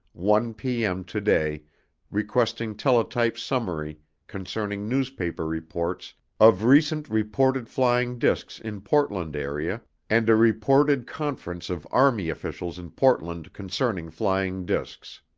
one pm today requesting teletype summary concerning newspaper reports of recent reported flying discs in portland area and a reported conference of army officials in portland concerning flying discs.